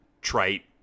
trite